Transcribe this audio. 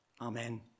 Amen